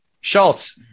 Schultz